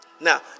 Now